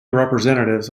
representatives